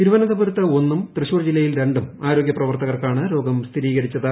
തിരുവനന്തപുരത്ത് ഒന്നും തൃശൂർ ജില്ലയിൽ രണ്ടും ആരോഗ്യ പ്രവർത്തകർക്കാണ് രോഗം സ്ഥിരീകരിച്ചത്